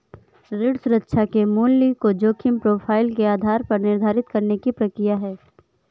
ऋण सुरक्षा के मूल्य को जोखिम प्रोफ़ाइल के आधार पर निर्धारित करने की प्रक्रिया है